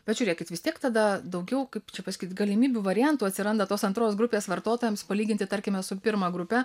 bet žiūrėkit vis tiek tada daugiau kaip čia pasakyt galimybių variantų atsiranda tos antros grupės vartotojams palyginti tarkime su pirma grupe